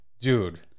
Dude